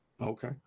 Okay